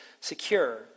secure